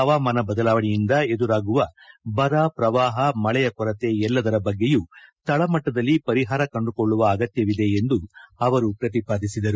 ಹವಾಮಾನ ಬದಲಾವಣೆಯಿಂದ ಎದುರಾಗುವ ಬರ ಪ್ರವಾಪ ಮಳೆಯ ಕೊರತೆ ಎಲ್ಲದರ ಬಗ್ಗೆಯೂ ತಳಮಟ್ಟದಲ್ಲಿ ಪರಿಪಾರ ಕಂಡುಕೊಳ್ಳುವ ರೂಪಿಸುವ ಅಗತ್ತವಿದೆ ಎಂದು ಅವರು ಪ್ರತಿಪಾದಿಸಿದರು